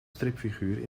stripfiguur